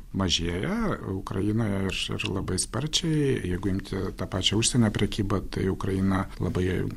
mažėja ukrainoje ir ir labai sparčiai jeigu imti tą pačią užsienio prekybą tai ukraina labai